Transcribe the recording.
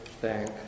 thank